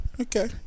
Okay